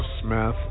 Smith